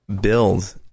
build